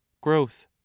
growth